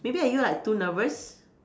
maybe are you like too nervous